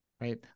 Right